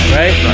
right